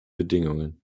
bedingungen